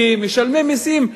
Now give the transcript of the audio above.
כמשלמי מסים,